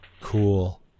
Cool